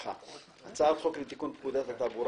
על סדר היום הצעת חוק לתיקון פקודת התעבורה